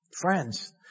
Friends